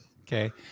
okay